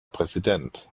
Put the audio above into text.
präsident